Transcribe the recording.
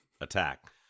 Attack